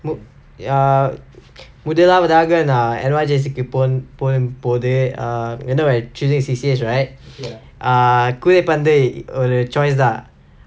would uh புதிதாவதாக நா:puthithaavathaaga naa N_Y_J_C போ போயி போது:po poyi pothu err you know err choosing C_C_A right err கூடைபந்து ஒரு:koodaipanthu oru choice lah